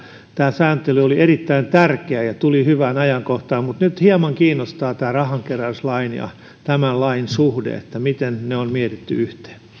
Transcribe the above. tämä sääntely oli erittäin tärkeä ja tuli hyvään ajankohtaan mutta nyt hieman kiinnostaa rahankeräyslain ja tämän lain suhde miten ne on mietitty yhteen